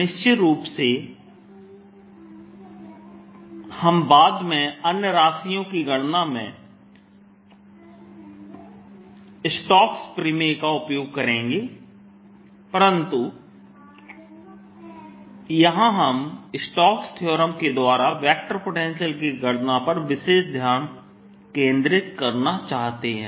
निश्चित रूप से हम बाद में अन्य राशियों की गणना में स्टोक्स प्रमेय का उपयोग करेंगे परंतु यहां हम स्टोक्स थ्योरमStoke's Theorem के द्वारा वेक्टर पोटेंशियल की गणना पर विशेष ध्यान केंद्रित करना चाहते हैं